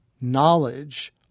knowledge